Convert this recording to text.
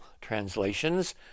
translations